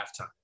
halftime